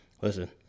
listen